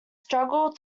struggle